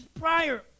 prior